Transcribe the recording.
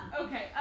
Okay